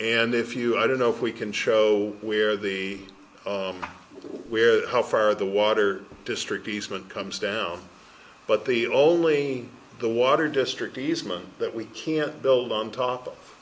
and if you i don't know if we can show where the where how far the water district eastment comes down but the only the water district easement that we can't build on